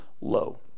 Low